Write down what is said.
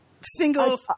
single